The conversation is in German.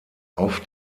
auf